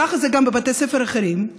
ככה זה גם בבתי ספר אחרים,